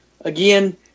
again